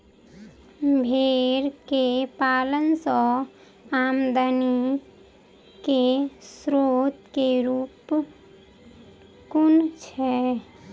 भेंर केँ पालन सँ आमदनी केँ स्रोत केँ रूप कुन छैय?